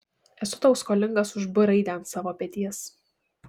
esu tau skolingas už b raidę ant savo peties